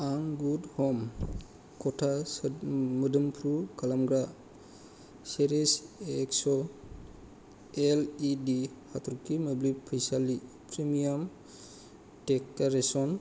आं गुड हम खथा मोदोमफ्रु खालामग्रा चेरिशएक्स एलइडि हाथर्खि मोब्लिब फैसालि प्रिमियाम डेक'रेसन